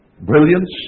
Brilliance